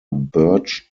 birch